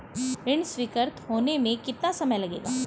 ऋण स्वीकृत होने में कितना समय लगेगा?